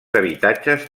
habitatges